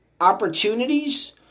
opportunities